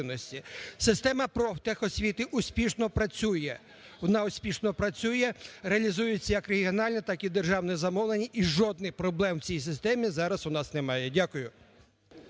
успішно працює, вона успішно працює, реалізується, як регіональне так і державне замовлення, і жодних проблем в цій системі зараз у нас немає. Дякую.